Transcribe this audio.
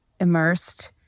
immersed